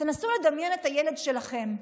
תנסו לדמיין את הילד שלכם,